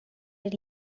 did